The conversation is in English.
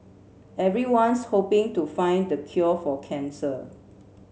everyone's hoping to find the cure for cancer